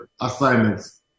assignments